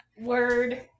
Word